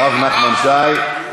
הרב נחמן שי,